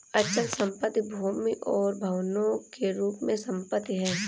अचल संपत्ति भूमि और भवनों के रूप में संपत्ति है